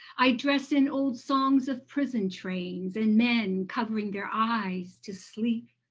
i dress in old songs of prison trains and men covering their eyes to sleep,